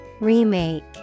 remake